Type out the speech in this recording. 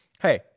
hey